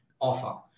offer